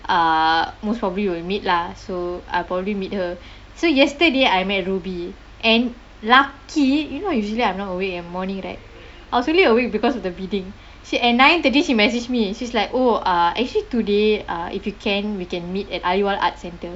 uh most probably will meet lah so I'll probably meet her so yesterday I met ruby and lucky you know usually I'm not awake in the morning right I was only awake because of the bidding she at nine thirty she message me she's like oh uh actually today uh if you can we can meet at aliwal arts centre